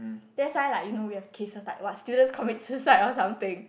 that's why like you know we have cases like what student commit suicide or something